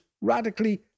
radically